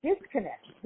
Disconnect